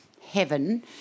heaven